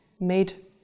made